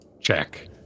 check